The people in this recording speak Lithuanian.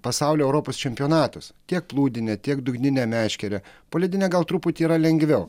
pasaulio europos čempionatas tiek plūdine tiek dugnine meškere poledinę gal truputį yra lengviau